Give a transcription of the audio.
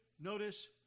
notice